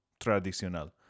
Tradicional